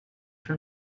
from